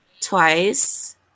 twice